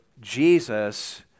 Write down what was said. Jesus